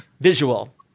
visual